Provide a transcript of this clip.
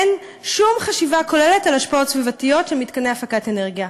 אין שום חשיבה כוללת על השפעות סביבתיות של מתקני הפקת אנרגיה.